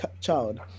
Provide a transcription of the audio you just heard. child